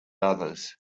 others